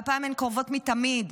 והפעם הן קרובות מתמיד.